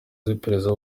z’iperereza